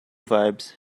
vibes